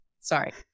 Sorry